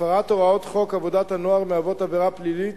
הפרת הוראות חוק עבודת הנוער מהווה עבירה פלילית